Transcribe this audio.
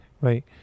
right